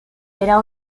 era